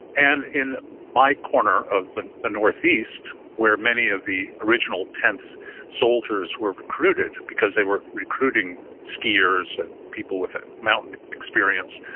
and in my corner of the the northeast, where many of the original tenth soldiers were recruited, because they were recruiting skiers and people with mountain experience,